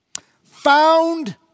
Found